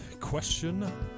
Question